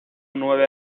nueve